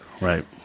right